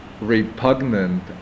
repugnant